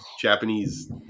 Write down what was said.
Japanese